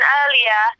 earlier